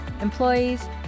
employees